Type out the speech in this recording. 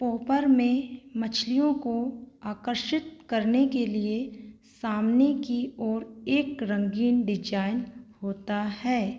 पोपर में मछलियों को आकर्षित करने के लिए सामने की ओर एक रंगीन डिज़ाइन होता है